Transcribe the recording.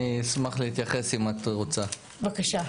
אם את רוצה,